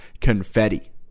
confetti